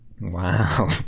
Wow